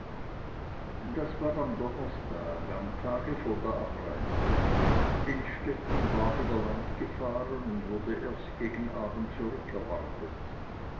das war am donnerstag am tag vor der abreise innstetten war über land gefahren und wurde erst gegen abend